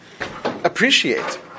appreciate